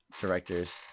directors